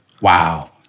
Wow